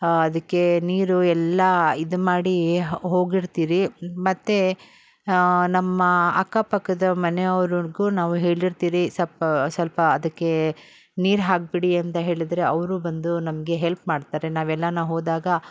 ಅದಕ್ಕೆ ನೀರು ಎಲ್ಲ ಇದು ಮಾಡಿಯೇ ಹೋಗಿರ್ತೀರಿ ಮತ್ತು ನಮ್ಮ ಅಕ್ಕಪಕ್ಕದ ಮನೆಯವ್ರಿಗೂ ನಾವು ಹೇಳಿರ್ತೀರಿ ಸ್ವಪ್ಪ ಸ್ವಲ್ಪ ಅದಕ್ಕೆ ನೀರು ಹಾಕ್ಬಿಡಿ ಅಂತ ಹೇಳಿದ್ರೆ ಅವರು ಬಂದು ನಮಗೆ ಹೆಲ್ಪ್ ಮಾಡ್ತಾರೆ ನಾವು ಎಲ್ಲಾರು ಹೋದಾಗ